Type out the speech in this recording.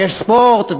שיש ספורט,